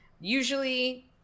Usually